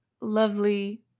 lovely